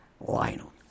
Lionel